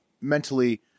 mentally